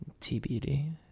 TBD